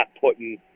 putting